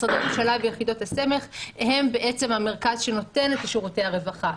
משרדי הממשלה ויחידות הסמך הם בעצם המרכז שנותן את שירותי הרווחה,